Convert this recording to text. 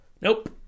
nope